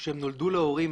שהם נולדו להורים